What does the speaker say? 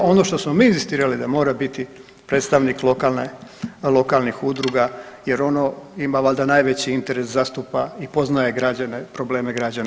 Ono što smo mi inzistirali da mora biti predstavnik lokalnih udruga jer ono ima valjda najveći interes da zastupa i poznaje građane, probleme građana.